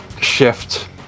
shift